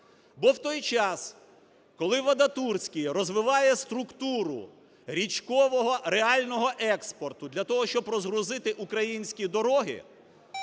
Бо у той час, коли Вадатурський розвиває структуру річкового реального експорту для того, щоб розгрузити українські дороги,